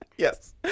Yes